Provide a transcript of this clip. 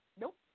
Nope